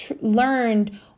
learned